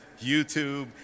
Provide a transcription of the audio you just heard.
YouTube